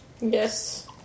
Yes